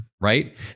right